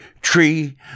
Tree